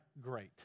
great